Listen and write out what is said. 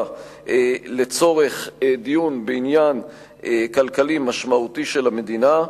לצורך דיון בעניין כלכלי משמעותי של המדינה.